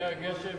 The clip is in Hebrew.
ואירועי הגשם